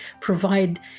provide